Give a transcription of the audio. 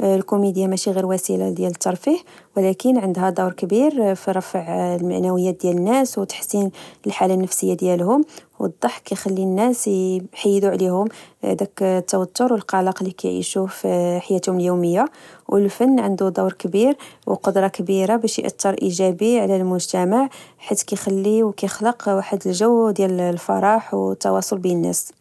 الكوميديا ماشي غير وسيلة ديال الترفيه ولكن عندها دور كبير في رفع المعنويات ديال الناس وتحسين الحالة النفسيه ديالهم والضحك كيخلي الناس يحيدوا عليهم داك التوتر والقلق اللي يعيشوه في حياتهم اليوميه والفن عندو دور كبير وقدرة كبيره باش ياثر ايجابي على المجتمع حيت كيخلي ويخلق واحد الجو ديال الفرح والتواصل بين الناس